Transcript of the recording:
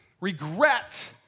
Regret